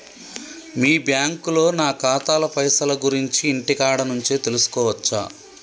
మీ బ్యాంకులో నా ఖాతాల పైసల గురించి ఇంటికాడ నుంచే తెలుసుకోవచ్చా?